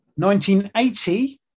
1980